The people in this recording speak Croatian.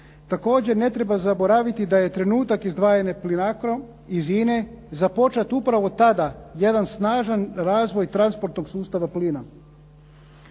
Također ne treba zaboraviti da je trenutak izdvajanja Plinacro iz INA-e započet upravo tada jedan snažan razvoj transportnog sustava plina.